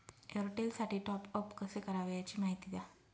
एअरटेलसाठी टॉपअप कसे करावे? याची माहिती द्या